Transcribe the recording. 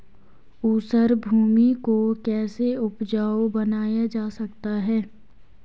ऊसर भूमि को कैसे उपजाऊ बनाया जा सकता है?